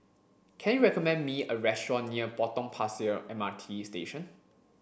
can you recommend me a restaurant near Potong Pasir M R T Station